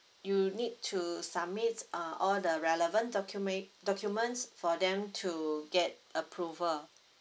you need to submit uh all the relevant document documents for them to get approval